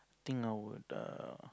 think I would err